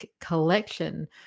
collection